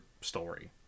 story